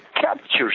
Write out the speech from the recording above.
captures